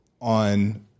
on